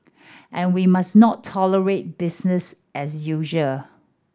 and we must not tolerate business as usual